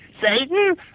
Satan